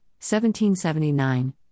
1779